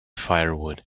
firewood